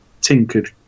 tinkered